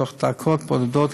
תוך דקות בודדות,